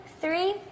three